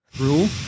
rule